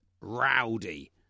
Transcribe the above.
rowdy